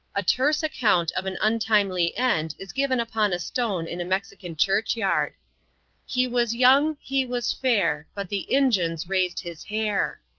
a terse account of an untimely end is given upon a stone in a mexican church-yard he was young, he was fair but the injuns raised his hair.